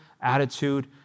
attitude